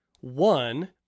One